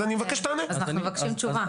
אז אנחנו מבקשים תשובה.